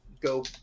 go